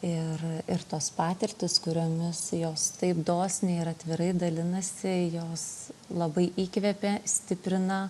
ir ir tos patirtys kuriomis jos taip dosniai ir atvirai dalinasi jos labai įkvepia stiprina